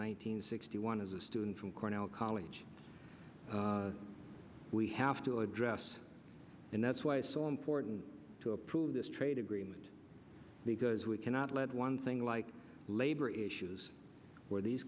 hundred sixty one as a student from cornell college we have to address and that's why it's so important to approve this trade agreement because we cannot let one thing like labor issues where these